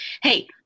Hey